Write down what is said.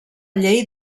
llei